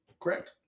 correct